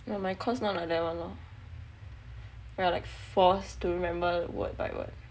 yah my course not like that [one] lor we are like forced to remember word by word